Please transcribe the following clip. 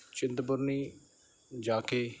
ਚਿੰਤਪੁਰਨੀ ਜਾ ਕੇ